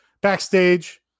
backstage